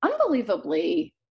unbelievably